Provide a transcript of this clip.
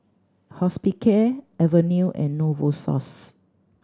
Hospicare Avene and Novosource